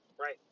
right